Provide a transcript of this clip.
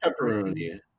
pepperoni